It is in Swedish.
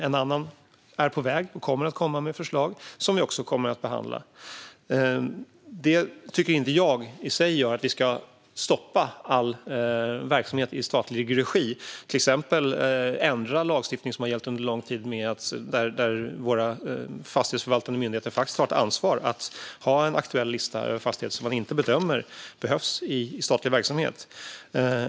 En annan utredning är på väg med förslag. Även dessa kommer vi att behandla. Jag tycker inte att det i sig gör att vi ska stoppa all verksamhet i statlig regi, till exempel ändra lagstiftning som har gällt under lång tid. Våra fastighetsförvaltande myndigheter har faktiskt ett ansvar att ha en aktuell lista över fastigheter som de bedömer inte behövs i statlig verksamhet.